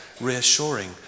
reassuring